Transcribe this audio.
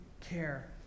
care